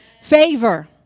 favor